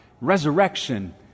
resurrection